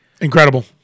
Incredible